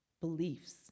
beliefs